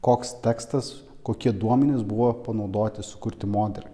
koks tekstas kokie duomenys buvo panaudoti sukurti modelį